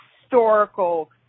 historical